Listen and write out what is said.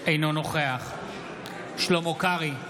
אינו נוכח שלמה קרעי,